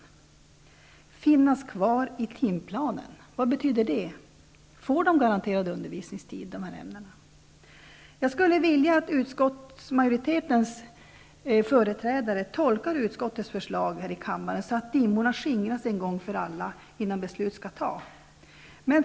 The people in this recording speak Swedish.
Vad betyder: ''finnas kvar i den nya timplanen''? Kommer dessa ämnen att ges garanterad undervisningtid? Jag skulle vilja att utskottsmajoritetens företrädare här i kammaren tolkar utskottets förslag, så att dimmorna skingras en gång för alla innan beslut skall fattas.